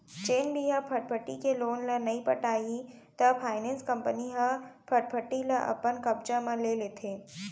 जेन भी ह फटफटी के लोन ल नइ पटाही त फायनेंस कंपनी ह फटफटी ल अपन कब्जा म ले लेथे